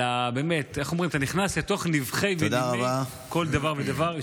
אתה נכנס לתוך נבכי ונימי כל דבר ודבר.